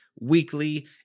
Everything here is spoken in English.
weekly